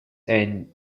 and